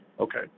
Okay